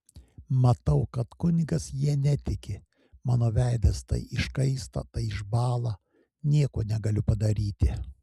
matau kad kunigas ja netiki mano veidas tai iškaista tai išbąla nieko negaliu padaryti